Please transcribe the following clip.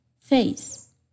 face